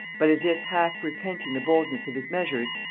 but, as if half-repenting the boldness of his measures,